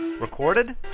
Recorded